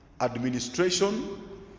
administration